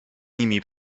nimi